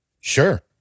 Sure